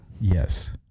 Yes